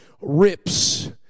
rips